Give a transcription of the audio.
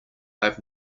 have